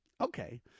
Okay